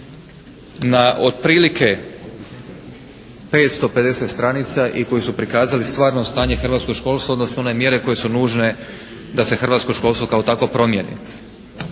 na otprilike 550 stranica i koji su prikazali stvarno stanje hrvatskog školstva odnosno one mjere koje su nužne da se hrvatsko školstvo kao takvo promijeni.